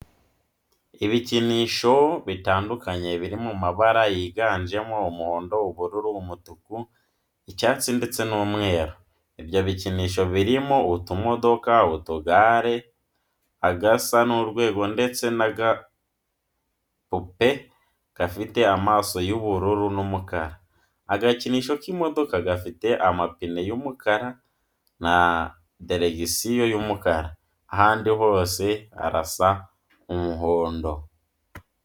Ibikinisho bitandukanye biri mu mabara yiganjemo: umuhondo, ubururu, umutuku, icyatsi ndetse n'umweru. Ibyo bikinisho birimo utumodoka, utugare, agasa n'urwego ndetse n'agapupe gafite amaso y'ubururu n'umukara. Agakinisho k'imodoka gafite amapine y'umukara na diregisiyo y'umukara, ahandi hose harasa umuhondo.